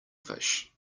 fish